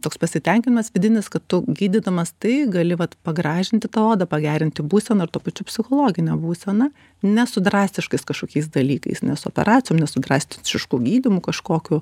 toks pasitenkinimas vidinis kad tu gydydamas tai gali vat pagražinti tą odą pagerinti būseną ir tuo pačiu psichologinę būseną nes su drastiškais kažkokiais dalykais ne su operacijom ne su drastišku gydymu kažkokiu